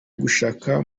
gushakisha